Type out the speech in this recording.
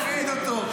לא מפחיד אותו.